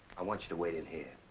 i want you to wait in here.